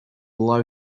below